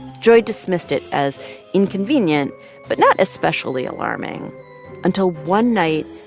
joy dismissed it as inconvenient but not especially alarming until one night,